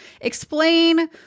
Explain